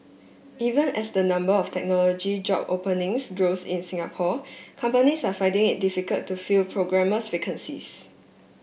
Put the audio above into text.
even as the number of technology job openings grows in Singapore companies are finding it difficult to fill programmers vacancies